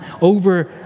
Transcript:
over